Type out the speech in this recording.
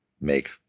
make